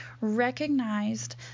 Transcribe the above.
recognized